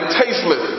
tasteless